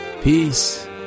Peace